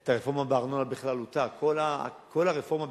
ואת הרפורמה בארנונה בכללותה, כל הרפורמה בעצמה,